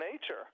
nature